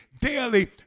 daily